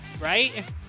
right